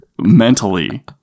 mentally